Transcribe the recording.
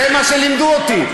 זה מה שלימדו אותי.